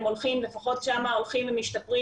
ולפחות שם הם הולכים ומשתפרים.